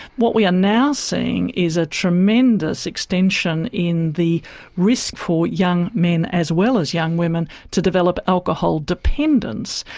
what we are now seeing is a tremendous extension in the risk for young men as well as young women to develop alcohol dependence,